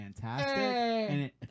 fantastic